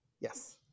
Yes